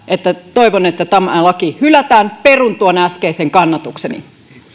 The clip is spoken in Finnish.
toivon että tämä laki hylätään perun tuon äskeisen kannatukseni